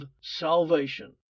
salvation